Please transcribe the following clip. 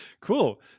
Cool